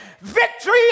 Victory